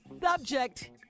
Subject